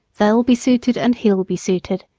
they'll be suited and he'll be suited.